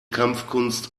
kampfkunst